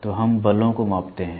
तो हम बलों को मापते हैं